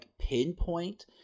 pinpoint